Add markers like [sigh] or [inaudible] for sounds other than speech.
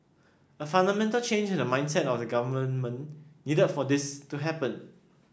a fundamental change in the mindset of the government [unintelligible] needed for this to happen